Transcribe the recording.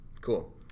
Cool